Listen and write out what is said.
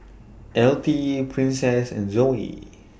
Altie Princess and Zoe